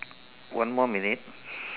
one more minute